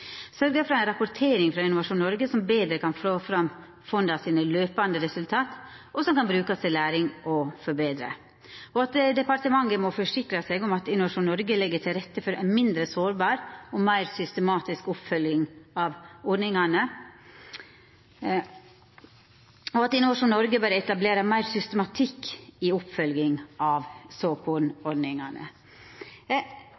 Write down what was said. for rapportering frå Innovasjon Noreg som betre kan få fram fondas løpande resultat, og som kan brukast til læring og forbetring. Departementet må forsikra seg om at Innovasjon Noreg legg til rette for ein mindre sårbar og meir systematisk oppfølging av ordningane, og Innovasjon Noreg bør etablera meir systematikk i oppfølginga av